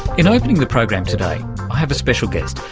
in opening the program today i have a special guest.